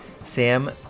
Sam